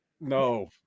no